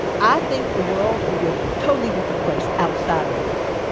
i think the world would be a totally different place outside of work.